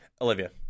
Olivia